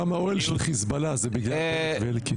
האוהל של חיזבאללה זה בגלל זאב אלקין...